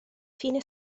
fine